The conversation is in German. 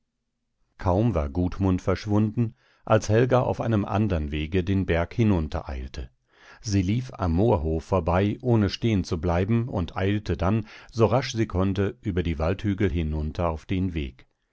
kaum war gudmund verschwunden als helga auf einem andern wege den berg hinuntereilte sie lief am moorhof vorbei ohne stehenzubleiben und eilte dann so rasch sie konnte über die waldhügel hinunter auf den weg